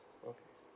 okay